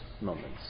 moments